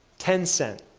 tencent,